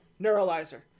Neuralizer